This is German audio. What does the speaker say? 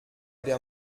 der